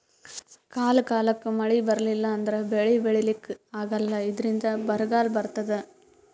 ಕಾಲ್ ಕಾಲಕ್ಕ್ ಮಳಿ ಬರ್ಲಿಲ್ಲ ಅಂದ್ರ ಬೆಳಿ ಬೆಳಿಲಿಕ್ಕ್ ಆಗಲ್ಲ ಇದ್ರಿಂದ್ ಬರ್ಗಾಲ್ ಬರ್ತದ್